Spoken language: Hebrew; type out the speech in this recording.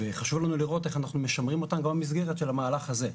וחשוב לנו לראות איך אנחנו משמרים אותם במסגרת של המהלך הזה.